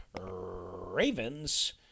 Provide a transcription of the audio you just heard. Ravens